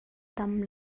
dam